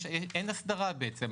לא תהיה הסדרה בעצם,